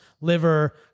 liver